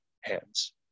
hands